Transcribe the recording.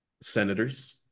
Senators